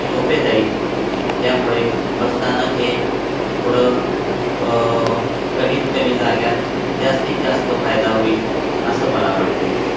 सोपे जाईल त्यामुळे बसस्थानक हे थोडं कमीत कमी जाग्यात जास्तीत जास्त फायदा होईल असं मला वाटते